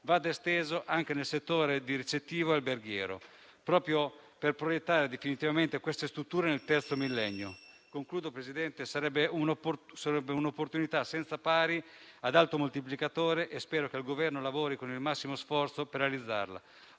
vada estesa anche al settore ricettivo e alberghiero, proprio per proiettare definitivamente queste strutture nel terzo millennio. Sarebbe un'opportunità senza pari, ad alto moltiplicatore e spero che il Governo lavori con il massimo sforzo per realizzarla.